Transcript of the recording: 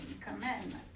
commandment